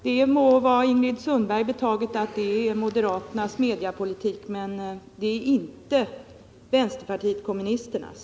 Det må vara att det är moderaternas mediapolitik, men det är inte vänsterpartiet kommunisternas.